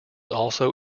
also